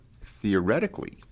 theoretically